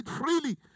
freely